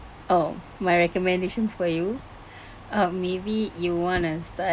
oh my recommendations for you um maybe you want to start